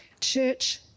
Church